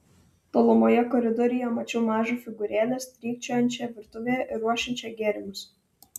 tolumoje koridoriuje mačiau mažą figūrėlę strykčiojančią virtuvėje ir ruošiančią gėrimus